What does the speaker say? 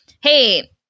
Hey